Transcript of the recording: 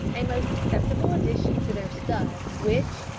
a most acceptable addition to their stud, which,